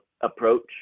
approach